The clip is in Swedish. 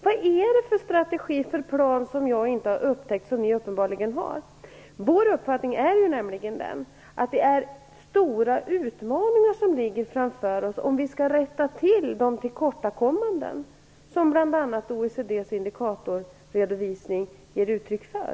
Vad är det för strategi eller plan, vilken jag inte har upptäckt, som ni uppenbarligen har? Vår uppfattning är nämligen att det är stora utmaningar som ligger framför oss, om vi skall rätta till de tillkortakommanden som bl.a. OECD:s indikatorredovisning ger uttryck för.